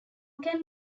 can